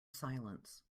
silence